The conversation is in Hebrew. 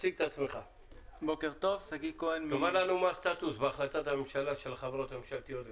תאמר לנו מה הסטטוס בהחלטת הממשלה לגבי החברות הממשלתיות גם.